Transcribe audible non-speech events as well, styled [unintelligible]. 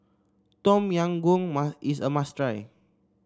Tom Yam Goong [unintelligible] is a must try